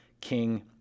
King